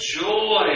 joy